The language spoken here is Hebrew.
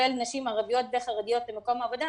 לקבל נשים ערביות וחרדיות למקום עבודה,